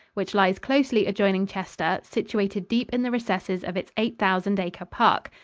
which lies closely adjoining chester, situated deep in the recesses of its eight-thousand-acre park.